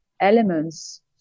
elements